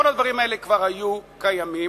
כל הדברים האלה כבר היו קיימים,